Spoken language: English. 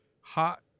hot